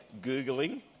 googling